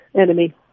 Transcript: enemy